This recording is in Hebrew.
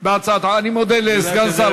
אני מודה לסגן שר האוצר.